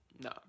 no